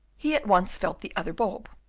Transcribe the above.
he at once felt the other bulb.